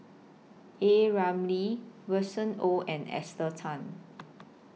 A Ramli Winston Oh and Esther Tan